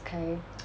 kind